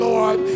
Lord